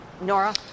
Nora